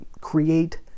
create